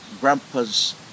grandpa's